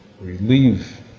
relieve